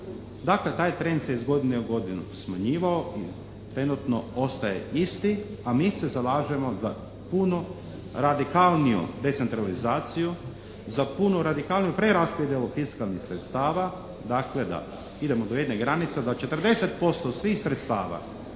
Dakle, taj trend se iz godine u godinu smanjivao i trenutno ostaje isti, a mi se zalažemo za puno radikalniju decentralizaciju, za puno radikalniju preraspodjelu fiskalnih sredstava, dakle da idemo do jedne granice da 40% svih sredstava